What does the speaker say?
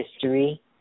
history